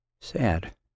Sad